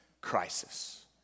crisis